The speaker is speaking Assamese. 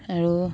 আৰু